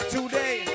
Today